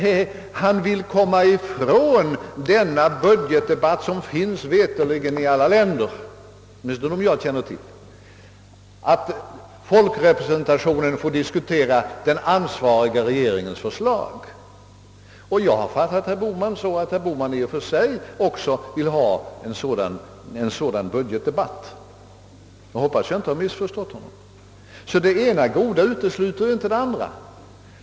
Nej, han vill komma ifrån denna budgetdebatt som förs åtminstone i alla länder jag känner till och som innebär att folkrepresentationen verkligen får diskutera den ansvariga regeringens förslag. Jag har fattat herr Bohman så, att även han i och för sig vill ha en sådan budgetdebatt — jag hoppas att jag inte missförstått honom. Det ena goda utesluter inte det andra.